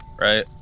right